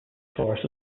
force